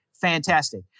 Fantastic